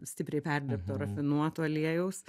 stipriai perdirbto rafinuoto aliejaus